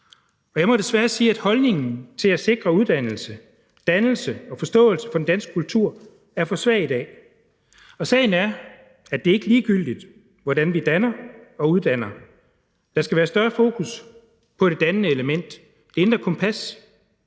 Jeg må desværre sige, at holdningen til at sikre uddannelse, dannelse og forståelse for den danske kultur er for svag i dag. Og sagen er, at det ikke er ligegyldigt, hvordan vi danner og uddanner. Der skal være større fokus på det dannende element, det indre kompas.